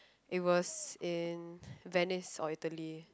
it was in Venice or Italy